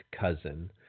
cousin